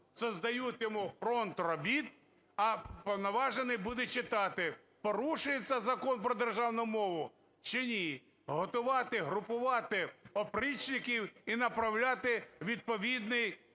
создают йому фронт робіт, а уповноважений буде читати, порушується Закон про державну мову чи ні, готувати, групувати опричників і направляти в відповідний